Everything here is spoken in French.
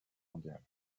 mondiale